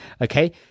okay